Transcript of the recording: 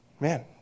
Man